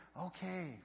okay